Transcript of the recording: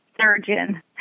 surgeon